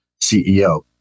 CEO